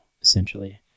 essentially